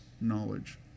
knowledge